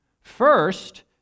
First